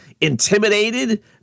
intimidated